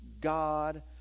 God